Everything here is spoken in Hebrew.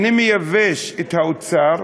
אני מייבש את האוצר,